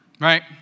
Right